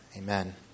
Amen